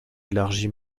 élargi